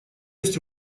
есть